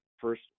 first